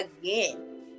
again